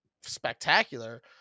spectacular